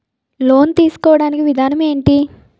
Loan తీసుకోడానికి విధానం ఏంటి?